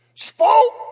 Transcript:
Spoke